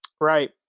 Right